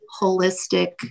holistic